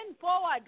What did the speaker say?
forward